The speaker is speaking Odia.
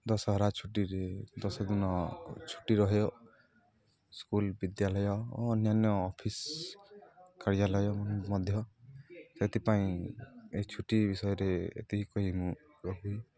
ଦଶହରା ଛୁଟିରେ ଦଶ ଦିନ ଛୁଟି ରହିବ ସ୍କୁଲ ବିଦ୍ୟାଳୟ ଓ ଅନ୍ୟାନ୍ୟ ଅଫିସ କାର୍ଯ୍ୟାଳୟ ମଧ୍ୟ ସେଥିପାଇଁ ଏ ଛୁଟି ବିଷୟରେ ଏତିକି କହି ମୁଁ ରଖୁଛି